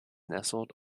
nestled